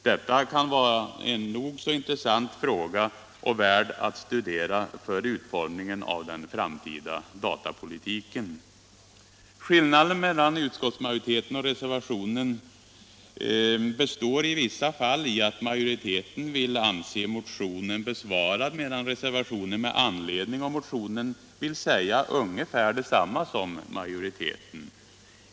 Detta kan vara en nog så intressant fråga som det är värt att studera inför utformningen av den framtida datapolitiken. Skillnaden består i vissa fall i att utskottsmajoriteten vill anse motionen besvarad, medan reservanterna med anledning av motionen vill säga ungefär detsamma som majoriteten.